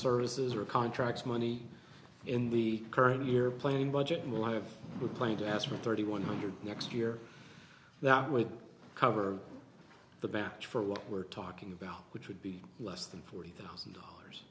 services or contracts money in the current year playing budget and will have to play gas for thirty one hundred next year that would cover the batch for what we're talking about which would be less than forty thousand dollars